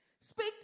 Speak